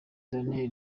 daniel